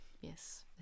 Yes